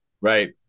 Right